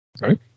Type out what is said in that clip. Right